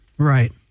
Right